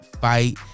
fight